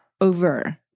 over